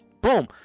Boom